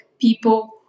people